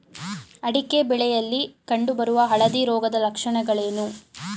ಅಡಿಕೆ ಬೆಳೆಯಲ್ಲಿ ಕಂಡು ಬರುವ ಹಳದಿ ರೋಗದ ಲಕ್ಷಣಗಳೇನು?